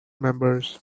members